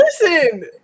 Listen